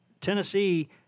Tennessee